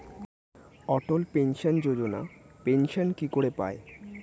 অটল pension Yojana pension কি করে পায়?